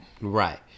Right